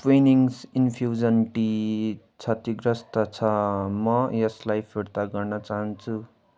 Twinings infusion tea क्षतिग्रस्त छ म यसलाई फिर्ता गर्न चाहन्छु